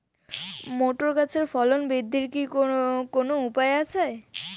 Motor গাছের ফলন বৃদ্ধির কি কোনো উপায় আছে?